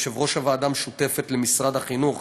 יושב-ראש הוועדה המשותפת למשרד החינוך